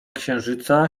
księżyca